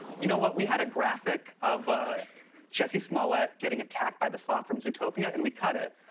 you know what? we had a graphic of jussie smollett getting attacked by the sloth from zootopia, and we cut it,